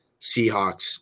Seahawks